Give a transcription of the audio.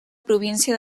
província